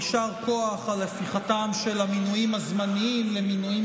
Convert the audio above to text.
יישר כוח על הפיכתם של המינויים הזמניים למינויים